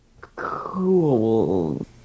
Cool